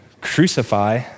crucify